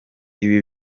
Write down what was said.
ibi